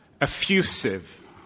effusive